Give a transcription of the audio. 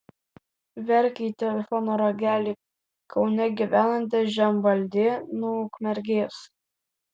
verkė į telefono ragelį kaune gyvenanti žemvaldė nuo ukmergės